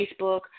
Facebook